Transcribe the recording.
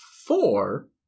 four